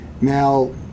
Now